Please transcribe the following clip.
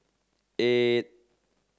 eight